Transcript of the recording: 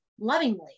lovingly